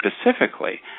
specifically